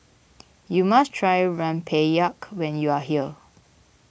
you must try Rempeyek when you are here